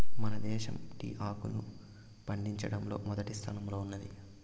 మన దేశం టీ ఆకును పండించడంలో మొదటి స్థానంలో ఉన్నాది